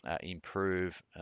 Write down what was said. improve